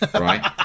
right